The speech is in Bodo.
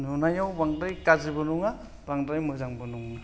नुनायाव बांद्राय गाज्रिबो नङा बांद्राय मोजांबो नङा